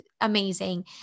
amazing